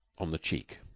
on the cheek.